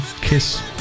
Kiss